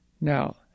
Now